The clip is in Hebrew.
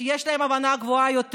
שיש להם הבנה גבוהה יותר,